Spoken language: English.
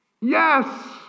Yes